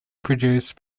produced